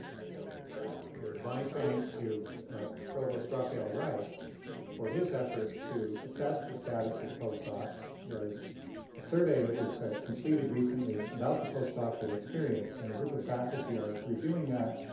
maybe i will just add here my thanks to provost rafael reif for his efforts to assess the status of postdocs. there's a survey that was completed recently about the postdoctoral experience. and a group of faculty are reviewing that,